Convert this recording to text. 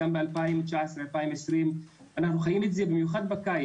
לאפשר לאנשים רמת חיים מקובלת עם כל